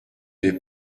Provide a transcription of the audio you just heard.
n’est